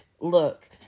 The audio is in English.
Look